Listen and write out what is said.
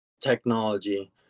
technology